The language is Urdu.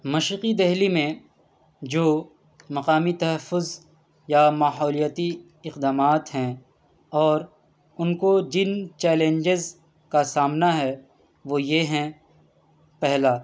مشرقی دہلی میں جو مقامی تحفظ یا ماحولیاتی اقدامات ہیں اور ان کو جن چیلنجز كا سامنا ہے وہ یہ ہیں پہلا